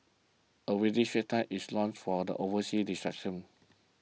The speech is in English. a weekly Straits Times is launched for the overseas distraction